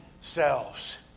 selves